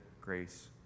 grace